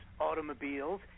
automobiles